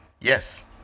Yes